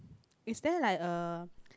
is there like a